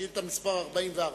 שאילתא מס' 44,